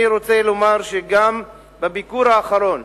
אני רוצה לומר שגם בביקור האחרון,